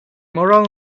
moral